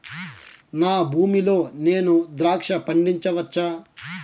నా భూమి లో నేను ద్రాక్ష పండించవచ్చా?